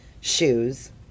Shoes